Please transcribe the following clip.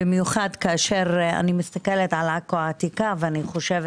במיוחד כאשר אני מסתכלת על עכו העתיקה ואני חושבת